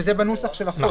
זה בנוסח של החוק.